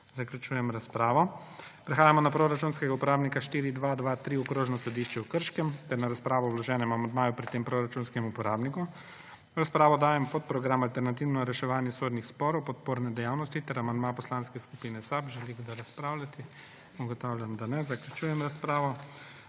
Zaključujem razpravo. Prehajamo na proračunskega uporabnika 4223 Okrožno sodišče v Krškem ter na razpravo o vloženem amandmaju pri tem proračunskem uporabniku. V razpravo dajem podprogram Alternativno reševanje sodnih sporov – podporne dejavnosti ter amandma Poslanske skupine SAB. Želi kdo razpravljati? Ugotavljam, da ne. Zaključujem razpravo.